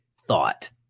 thought